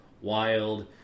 wild